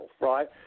right